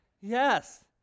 Yes